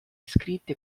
iscritti